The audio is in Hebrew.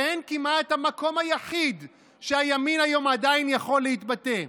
שהן כמעט המקום היחיד שבו הימין עדיין יכול להתבטא היום.